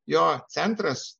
jo centras